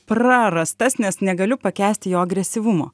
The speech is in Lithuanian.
prarastas nes negaliu pakęsti jo agresyvumo